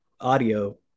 audio